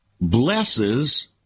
blesses